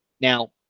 Now